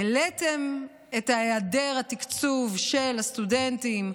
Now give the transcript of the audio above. העליתם את היעדר התקצוב של הסטודנטים.